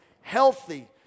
healthy